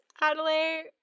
Adelaide